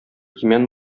имән